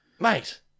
Mate